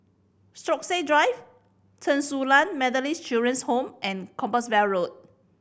Stokesay Drive Chen Su Lan Methodist Children's Home and Compassvale Road